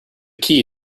key